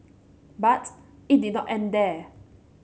but it did not end there